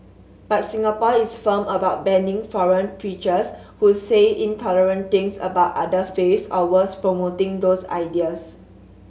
but Singapore is firm about banning foreign preachers who say intolerant things about other faiths or worse promoting those ideas